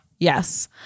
Yes